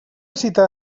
citada